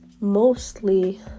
mostly